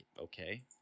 okay